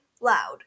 loud